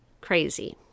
crazy